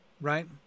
right